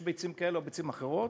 יש ביצים כאלה או ביצים אחרות,